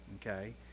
Okay